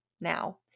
now